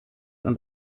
und